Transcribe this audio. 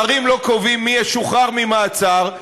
שרים לא קובעים מי ישוחרר ממעצר,